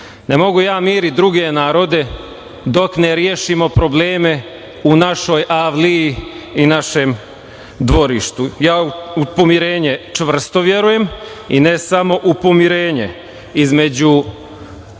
Ne mogu ja miriti druge narode dok ne rešimo probleme u našoj avliji i našem dvorištu. Ja u pomirenje čvrsto verujem i ne samo u pomirenje između